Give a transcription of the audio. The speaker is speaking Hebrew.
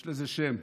יש לזה שם,